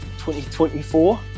2024